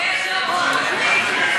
34 נגד,